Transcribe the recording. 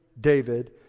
David